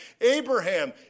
Abraham